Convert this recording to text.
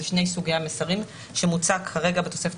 אלה שני סוגי המסרים שמוצע כרגע בתוספת